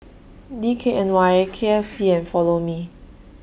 D K N Y K F C and Follow Me